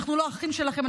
אנחנו לא אחים שלכם.